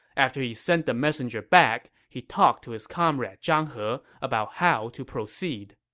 after he sent the messenger back, he talked to his comrade zhang he about how to proceed